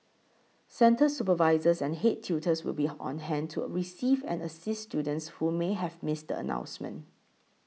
centre supervisors and head tutors will be on hand to a receive and assist students who may have missed announcement